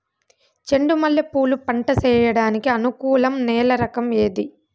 చెండు మల్లె పూలు పంట సేయడానికి అనుకూలం నేల రకం ఏది